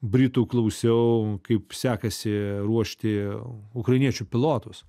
britų klausiau kaip sekasi ruošti ukrainiečių pilotus